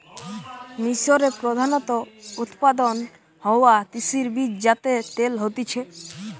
মিশরে প্রধানত উৎপাদন হওয়া তিসির বীজ যাতে তেল হতিছে